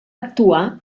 actuar